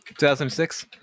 2006